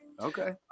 Okay